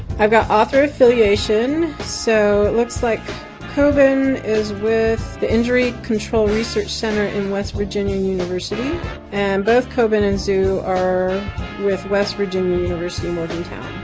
i've got author affiliation so it looks like coben is with the injury control research center in west virginia university and both coben and zhu are with west virginia university, morgantown.